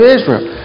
Israel